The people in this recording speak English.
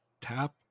tap